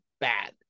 bad